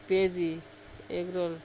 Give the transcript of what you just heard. পেঁয়াজি egg role